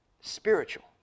spiritual